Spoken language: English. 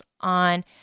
on